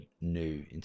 new